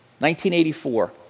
1984